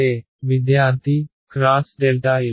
E విద్యార్థి x l